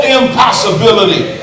impossibility